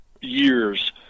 years